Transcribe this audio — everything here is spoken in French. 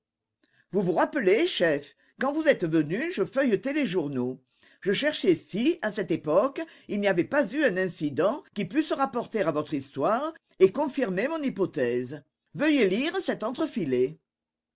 vous vous rappelez chef quand vous êtes venu je feuilletais les journaux je cherchais si à cette époque il n'y avait pas eu un incident qui pût se rapporter à votre histoire et confirmer mon hypothèse veuillez lire cet